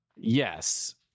Yes